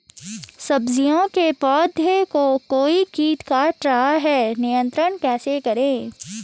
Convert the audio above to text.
सब्जियों के पौधें को कोई कीट काट रहा है नियंत्रण कैसे करें?